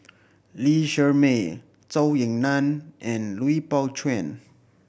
Lee Shermay Zhou Ying Nan and Lui Pao Chuen